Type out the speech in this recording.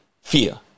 fear